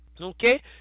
Okay